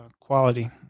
quality